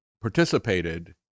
participated